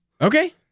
okay